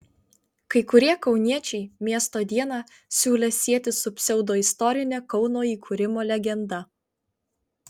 kai kurie kauniečiai miesto dieną siūlė sieti su pseudoistorine kauno įkūrimo legenda